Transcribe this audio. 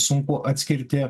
sunku atskirti